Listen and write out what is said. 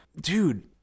Dude